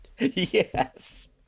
Yes